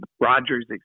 Rogers